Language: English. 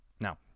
Now